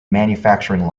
manufacturing